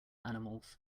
animals